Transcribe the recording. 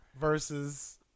versus